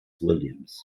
williams